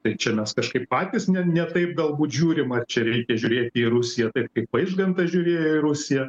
tai čia mes kažkaip patys ne ne taip galbūt žiūrim čia reikia žiūrėti į rusiją taip kaip vaižgantas žiūrėjo į rusiją